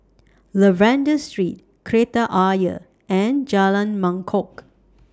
Lavender Street Kreta Ayer and Jalan Mangkok